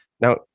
Now